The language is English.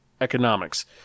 Economics